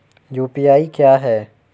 UPI क्या है?